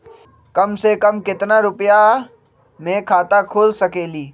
कम से कम केतना रुपया में खाता खुल सकेली?